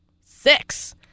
Six